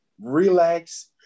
Relax